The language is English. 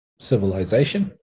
civilization